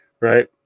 Right